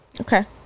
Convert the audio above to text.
Okay